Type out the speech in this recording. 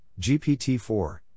GPT-4